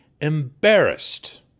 embarrassed